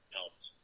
helped